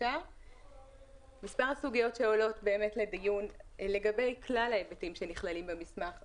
מספר סוגיות שעולות לדיון לגבי כלל ההיבטים שנכללים במסמך הם: